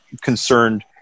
concerned